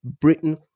Britain